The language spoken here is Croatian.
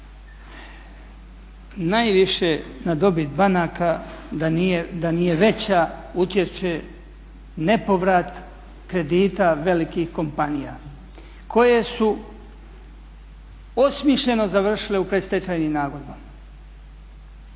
Najviše na dobit banaka da nije veća utječe nepovrat kredita velikih kompanija koje su osmišljeno završile u predstečajnim nagodbama.